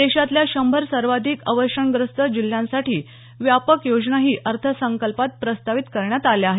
देशातल्या शंभर सर्वाधिक अवर्षणग्रस्त जिल्ह्यांसाठी व्यापक योजनांही अर्थसंकल्पात प्रस्तावित करण्यात आल्या आहेत